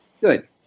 Good